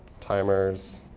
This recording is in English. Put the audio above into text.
timers